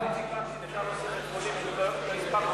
איציק וקנין,